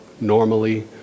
normally